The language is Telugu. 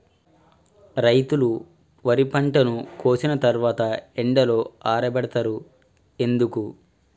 రైతులు వరి పంటను కోసిన తర్వాత ఎండలో ఆరబెడుతరు ఎందుకు?